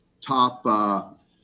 top